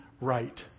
right